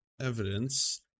evidence